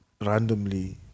randomly